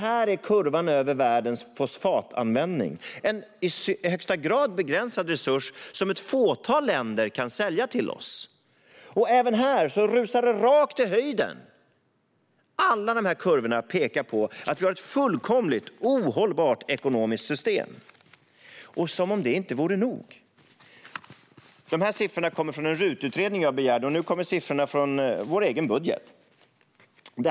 Här är kurvan över världens fosfatanvändning - det är en i högsta grad begränsad resurs som ett fåtal länder kan sälja till oss. Även här rusar det rakt i höjden. Alla dessa kurvor pekar på att vi har ett fullkomligt ohållbart ekonomiskt system. Och det är inte nog med det. Jag har siffror som kommer från en RUT-utredning som jag begärde, och här är siffrorna från vår egen budget.